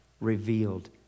revealed